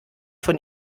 von